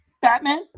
Batman